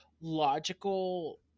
logical